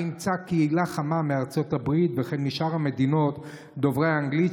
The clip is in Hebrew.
שבה ימצא קהילה חמה מארצות הברית וכן משאר מדינות דוברי האנגלית,